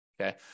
okay